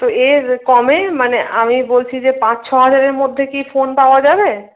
তো এর কমে মানে আমি বলছি যে পাঁচ ছ হাজারের মধ্যে কি ফোন পাওয়া যাবে